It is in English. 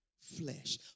flesh